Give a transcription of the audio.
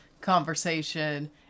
conversation